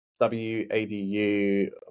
W-A-D-U